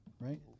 right